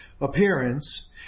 appearance